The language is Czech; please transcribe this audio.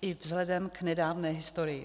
i vzhledem k nedávné historii.